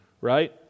Right